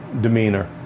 demeanor